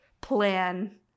plan